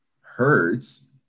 hurts